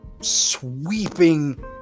sweeping